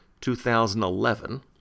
2011